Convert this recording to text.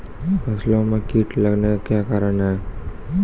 फसलो मे कीट लगने का क्या कारण है?